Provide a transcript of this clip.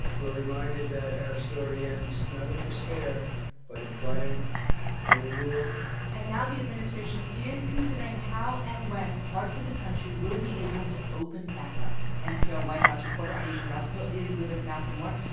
we're reminded that our story ends not in despair but in triumph and renewal and now the administration is considering how and when parts of the country will be able to open back up. npr white house reporter ayesha rascoe is with us now for more.